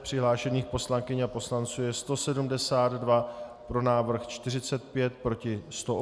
Přihlášených poslankyň a poslanců je 172, pro návrh 45, proti 108.